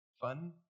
Fun